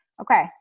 Okay